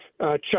Chuck